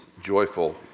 joyful